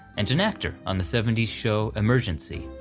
and an actor on the seventy s show emergency.